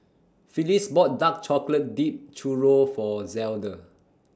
Phillis bought Dark Chocolate Dipped Churro For Zelda